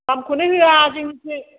दामखौनो होआ जोंनिथिं